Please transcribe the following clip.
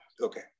okay